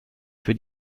für